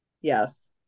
Yes